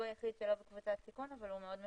הוא היחיד שהוא לא בקבוצת סיכון אבל הוא מאוד מפחד.